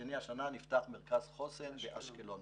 השני השנה נפתח מרכז חוסן באשקלון.